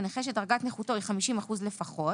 לנכה שדרגת נכותו היא 50 אחוזים לפחות,